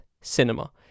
cinema